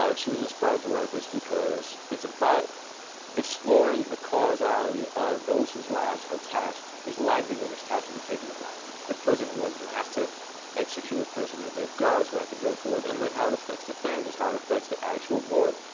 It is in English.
ah she was inspired to write this because it's about exploring the causality of those whose lives are tasked, whose livelihood is tasked with the taking of life. the prison warden who has to execute a prisoner, the guards who have to go through it. and then how it effects the families, how it effects the actual ward.